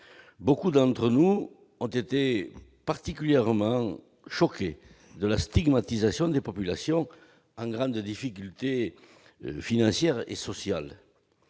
Beaucoup d'entre nous ont été choqués de la stigmatisation de populations en grande difficulté financière et sociale.